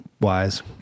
wise